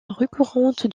récurrente